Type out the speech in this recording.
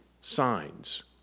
signs